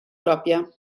pròpia